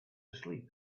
asleep